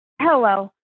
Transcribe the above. Hello